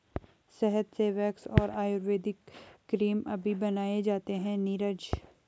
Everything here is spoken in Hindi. शहद से वैक्स और आयुर्वेदिक क्रीम अभी बनाए जाते हैं नीरज